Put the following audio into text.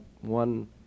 one